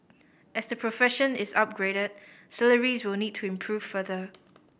as the profession is upgraded salaries will need to improve further